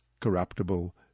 corruptible